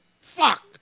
fuck